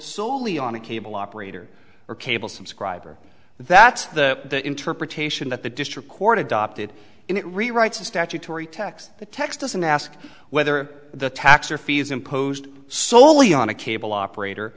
solely on a cable operator or cable subscriber that's the interpretation that the district court adopted and it rewrites the statutory text the text doesn't ask whether the tax or fees imposed solely on a cable operator